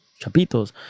Chapitos